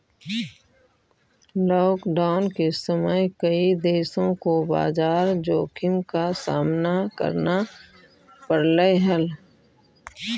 lockdown के समय कई देशों को बाजार जोखिम का सामना करना पड़लई हल